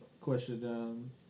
question